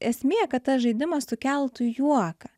esmė kad tas žaidimas sukeltų juoką